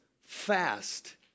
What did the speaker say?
fast